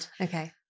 okay